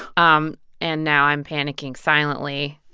um and now i'm panicking silently